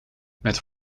met